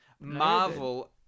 Marvel